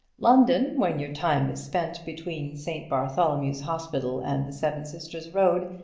london, when your time is spent between st. bartholomew's hospital and the seven-sisters road,